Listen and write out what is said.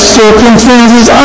circumstances